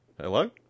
Hello